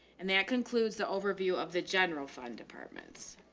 and that concludes the overview of the general fund departments.